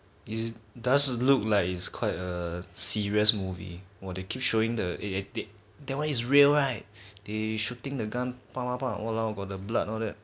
it does look like it's quite a serious movie or they keep showing the that one is real one right they shooting the gun !walao! got the blood all that